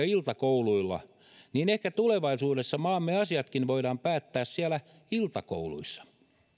iltakouluilla ehkä tulevaisuudessa maamme asiatkin voidaan päättää siellä iltakouluissa